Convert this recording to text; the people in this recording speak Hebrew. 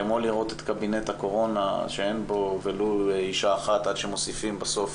כמו לראות את קבינט הקורונה שאין בו ולו אישה אחת עד שמוסיפים בסוף,